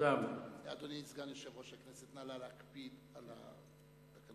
אדוני סגן יושב-ראש הכנסת, נא להקפיד על התקנון.